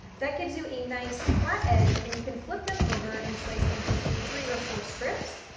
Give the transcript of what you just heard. that gives you a nice flat edge, and you can flip them over and slice them into three or four strips.